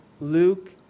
Luke